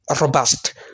Robust